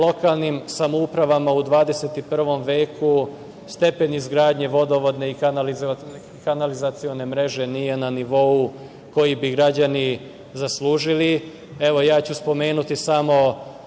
lokalnim samoupravama u 21. veku stepen izgradnje vodovodne i kanalizacione mreže nije na nivou koji bi građani zaslužili. Ja ću spomenuti samo